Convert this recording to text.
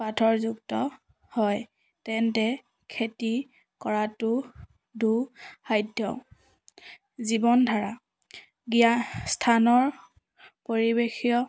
পাথৰযুক্ত হয় তেন্তে খেতি কৰাতো দুসাধ্য জীৱন ধাৰা স্থানৰ পৰিৱেশীয়